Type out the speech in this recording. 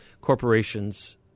corporations